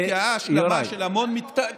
נתקעה ההשלמה של המון, יוראי.